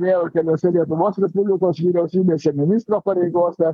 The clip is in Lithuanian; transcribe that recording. vėl keliose lietuvos respublikos vyriausybėse ir ministro pareigose